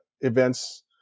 events